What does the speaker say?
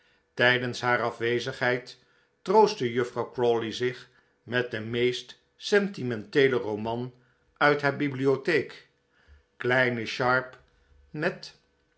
tijdens haar afwezigheid troostte juffrouw crawley zich met den meest sentimenteelen roman uit haar bibliotheek kleine sharp met